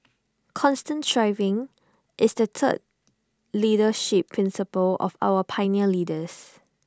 constant striving is the third leadership principle of our pioneer leaders